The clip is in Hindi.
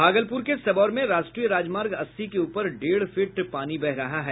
भागलपुर के सबौर में राष्ट्रीय राजमार्ग अस्सी के ऊपर डेढ़ फीट पानी बह रहा है